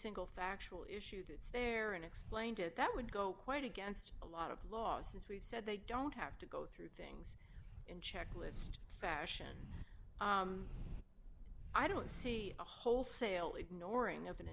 single factual issue that's there and explained it that would go quite against a lot of losses we've said they don't have to go through things in checklist fashion i don't see a wholesale ignoring of an